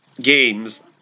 games